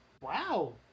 Wow